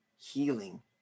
healing